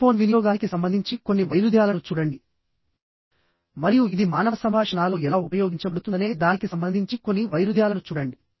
telephone వినియోగానికి సంబంధించి కొన్ని వైరుధ్యాలను చూడండి మరియు ఇది మానవ సంభాష నాలో ఎలా ఉపయోగించబడుతుందనే దానికి సంబంధించి కొన్ని వైరుధ్యాలను చూడండి